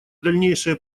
дальнейшие